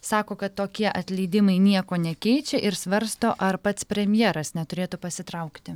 sako kad tokie atleidimai nieko nekeičia ir svarsto ar pats premjeras neturėtų pasitraukti